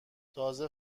تازه